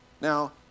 Now